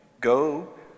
Go